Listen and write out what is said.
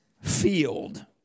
field